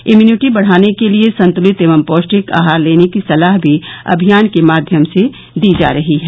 immunity बढ़ाने के लिये संतुलित एवं पौष्टिक आहार लेने की सलाह भी अभियान के माध्यम से दी जा रही है